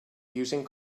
using